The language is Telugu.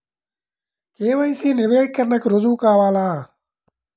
కే.వై.సి నవీకరణకి రుజువు కావాలా?